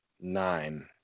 nine